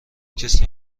کسی